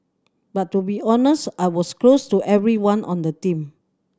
but to be honest I was close to everyone on the team